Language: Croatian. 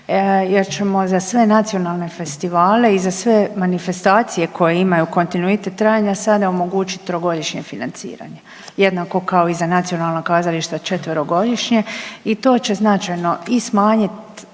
jer ćemo za sve nacionalne festivale i za sve manifestacije koje imaju kontinuitet trajanja sada omogućiti trogodišnje financiranje. Jednako kao i za nacionalna kazališta četverogodišnje i to će značajno i smanjit